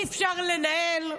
אי-אפשר לנהל,